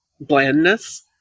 blandness